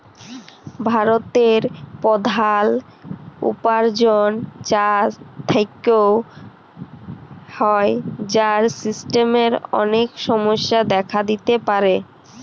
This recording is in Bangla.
ভারতের প্রধাল উপার্জন চাষ থেক্যে হ্যয়, যার সিস্টেমের অলেক সমস্যা দেখা দিতে পারে